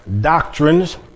doctrines